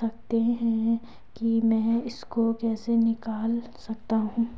सकते हैं कि मैं इसको कैसे निकाल सकता हूँ?